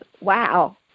wow